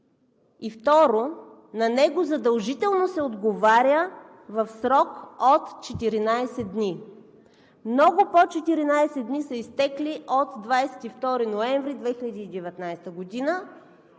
и, второ, на него задължително се отговаря в срок от 14 дни. Много по 14 дни са изтекли от 22 ноември 2019 г. и